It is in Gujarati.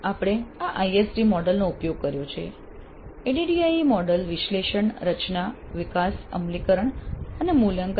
આપણે આ ISD મોડેલ નો ઉપયોગ કર્યો છે ADDIE મોડેલ વિશ્લેષણ રચના વિકાસ અમલીકરણ અને મૂલ્યાંકન